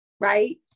Right